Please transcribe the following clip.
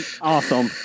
Awesome